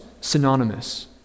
synonymous